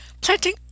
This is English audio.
Planting